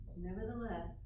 Nevertheless